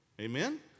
Amen